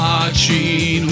Watching